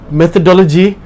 methodology